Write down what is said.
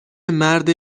مرد